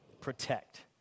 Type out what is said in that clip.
protect